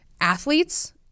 athletes